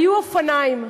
היו אופניים,